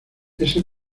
ese